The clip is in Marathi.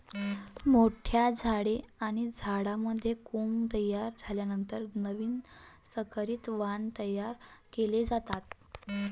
मोठ्या झाडे आणि झाडांमध्ये कोंब तयार झाल्यानंतर नवीन संकरित वाण तयार केले जातात